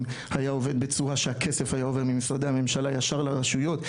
היה עובד בצורה שהכסף עובר ממשרדי הממשלה ישר לרשויות,